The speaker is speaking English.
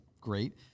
great